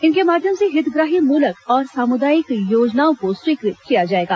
इनके माध्यम से हितग्राही मूलक और सामुदायिक योजनाओं को स्वीकृत किया जाएगा